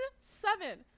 seven